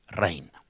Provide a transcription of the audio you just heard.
rain